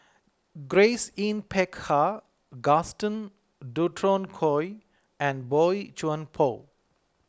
Grace Yin Peck Ha Gaston Dutronquoy and Boey Chuan Poh